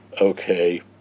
Okay